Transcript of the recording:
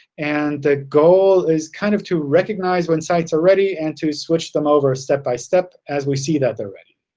and the goal is kind of to recognize when sites are ready and to switch them over step-by-step as we see that they're ready.